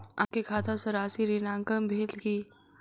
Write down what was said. अहाँ के खाता सॅ राशि ऋणांकन भेल की?